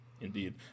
Indeed